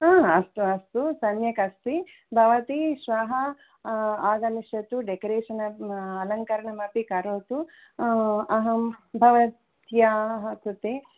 अस्तु अस्तु सम्यक् अस्ति भवती श्वः आगमिष्यति डेकोरेशन् अलङ्करणम् अपि करोतु अहं भवत्याः कृते